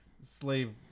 slave